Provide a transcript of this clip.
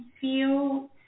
feel